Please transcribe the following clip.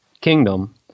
kingdom